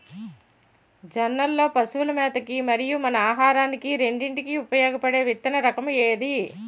జొన్నలు లో పశువుల మేత కి మరియు మన ఆహారానికి రెండింటికి ఉపయోగపడే విత్తన రకం ఏది?